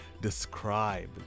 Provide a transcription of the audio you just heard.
describe